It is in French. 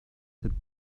cette